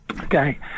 Okay